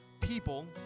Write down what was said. people